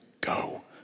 go